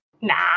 Nah